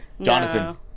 jonathan